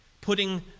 putting